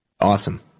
Awesome